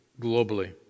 globally